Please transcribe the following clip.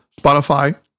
Spotify